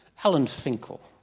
alan finkel,